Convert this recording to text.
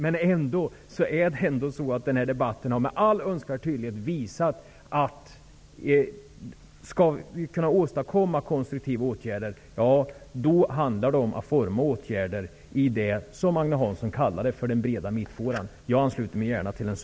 Men den här debatten har ändå med all önskvärd tydlighet visat, att om vi skall kunna åstadkomma något konstruktivt handlar det om att utforma åtgärder i det som Agne Hansson kallade den breda mittfåran. Jag medverkar gärna till det.